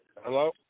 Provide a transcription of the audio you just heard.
Hello